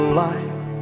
life